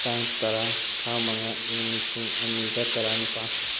ꯇꯥꯡ ꯇꯔꯥ ꯊꯥ ꯃꯉꯥ ꯏꯪ ꯂꯤꯁꯤꯡ ꯑꯅꯤꯒ ꯇꯔꯥꯅꯤꯄꯥꯜ